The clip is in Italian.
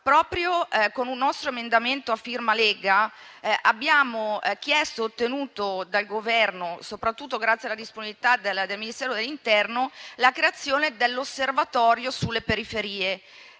proprio con un nostro emendamento a firma Lega abbiamo chiesto e ottenuto dal Governo, soprattutto grazie alla disponibilità del Ministero dell'interno, la creazione dell'Osservatorio sulle periferie.